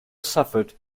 suffered